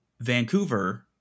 Vancouver